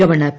governor P